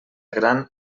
gran